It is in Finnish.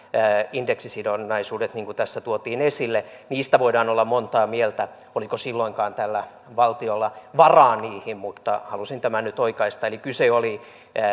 indeksisidonnaisuudet niin kuin tässä tuotiin esille niistä voidaan olla monta mieltä oliko silloinkaan tällä valtiolla varaa niihin mutta halusin tämän nyt oikaista eli kyse oli